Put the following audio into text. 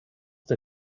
der